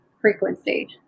frequency